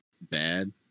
bad